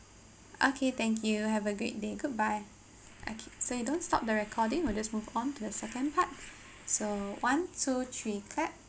okay thank you have a great day goodbye okay so you don't stop the recording will just move on to the second part so one two three clap